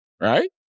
right